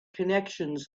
connections